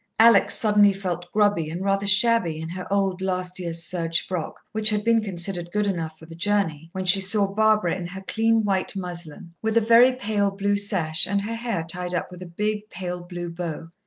alex suddenly felt grubby and rather shabby in her old last year's serge frock, which had been considered good enough for the journey, when she saw barbara in her clean white muslin, with a very pale blue sash, and her hair tied up with a big pale blue bow.